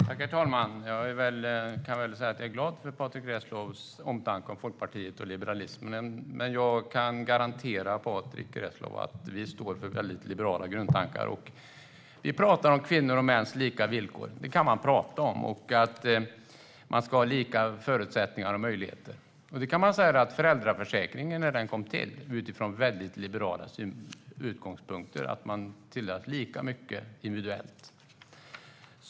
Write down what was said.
Herr talman! Jag kan säga att jag är glad för Patrick Reslows omtanke om Folkpartiet och liberalismen, men jag kan garantera att vi står för liberala grundtankar. Vi pratar om kvinnor och mäns lika villkor och att man ska ha lika förutsättningar och möjligheter. Föräldraförsäkringen kom till utifrån väldigt liberala utgångspunkter, och man tillät lika mycket individuellt.